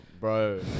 Bro